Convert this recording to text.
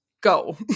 Go